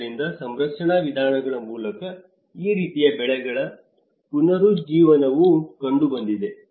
ಆದ್ದರಿಂದ ಸಂರಕ್ಷಣಾ ವಿಧಾನಗಳ ಮೂಲಕ ಈ ರೀತಿಯ ಬೆಳೆಗಳ ಪುನರುಜ್ಜೀವನವು ಕಂಡುಬಂದಿದೆ